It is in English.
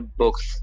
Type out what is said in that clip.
books